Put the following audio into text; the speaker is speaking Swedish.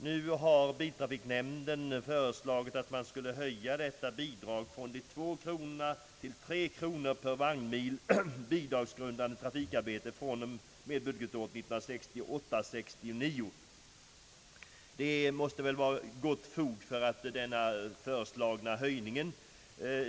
Nu har biltrafiknämnden föreslagit en höjning av detta anslag från 2 kronor till 3 kronor per vagnmil bidragsgrundande trafikarbete från och med budgetåret 1968/69. Det finns gott fog för den föreslagna höjningen.